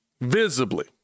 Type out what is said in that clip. visibly